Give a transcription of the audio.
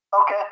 Okay